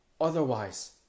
Otherwise